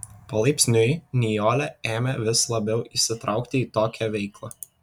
palaipsniui nijolė ėmė vis labiau įsitraukti į tokią veiklą